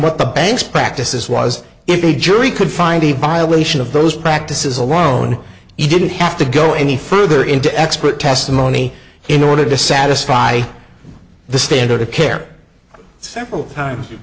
what the banks practices was if the jury could find a violation of those practices alone he didn't have to go any further into expert testimony in order to satisfy the standard of care several times you